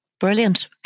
Brilliant